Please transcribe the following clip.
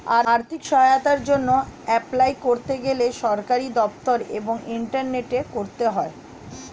আর্থিক সহায়তার জন্যে এপলাই করতে গেলে সরকারি দপ্তর এবং ইন্টারনেটে করতে হয়